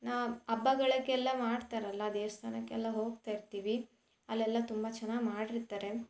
ನಾ ಹಬ್ಬಗಳಿಗೆಲ್ಲ ಮಾಡ್ತಾರಲ್ವ ದೇವಸ್ಥಾನಕ್ಕೆಲ್ಲ ಹೋಗ್ತಾ ಇರ್ತೀವಿ ಅಲ್ಲೆಲ್ಲ ತುಂಬ ಚೆನ್ನಾಗಿ ಮಾಡಿರ್ತಾರೆ